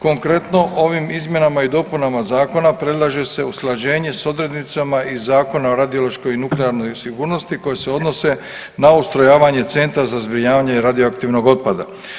Konkretno, ovim izmjenama i dopunama zakona predlaže se usklađenje s odrednicama iz Zakona o radiološkoj i nuklearnoj sigurnosti koje se odnose na ustrojavanje Centra za zbrinjavanje radioaktivnog otpada.